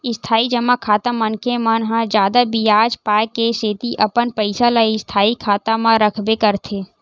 इस्थाई जमा खाता मनखे मन ह जादा बियाज पाय के सेती अपन पइसा ल स्थायी खाता म रखबे करथे